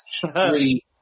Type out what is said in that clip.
Three